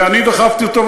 ואני דחפתי אותו,